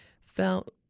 felt